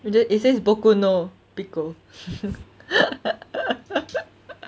you didn't it says